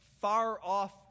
far-off